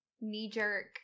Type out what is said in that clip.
knee-jerk